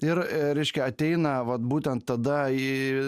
ir reiškia ateina vat būtent tada į